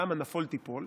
למה "נפול תפול"?